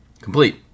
complete